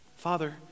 Father